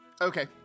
Okay